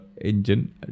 engine